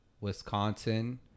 wisconsin